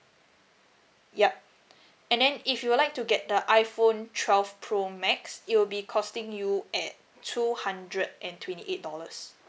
yup and then if you would like to get the iphone twelve pro max it will be costing you at two hundred and twenty eight dollars